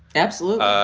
absolutely.